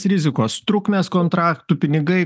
rizikos trukmės kontraktų pinigai